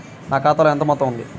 నా ఖాతాలో ఎంత మొత్తం ఉంది?